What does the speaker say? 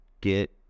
get